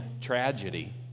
tragedy